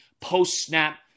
post-snap